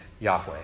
Yahweh